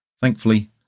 Thankfully